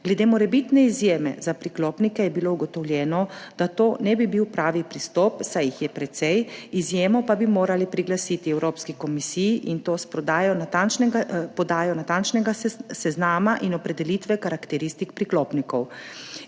Glede morebitne izjeme za priklopnike je bilo ugotovljeno, da to ne bi bil pravi pristop, saj jih je precej, izjemo pa bi morali priglasiti Evropski komisiji, in to s podajo natančnega seznama in opredelitve karakteristik priklopnikov.